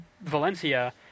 Valencia